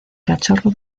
cachorro